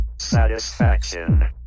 satisfaction